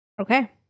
Okay